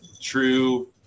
True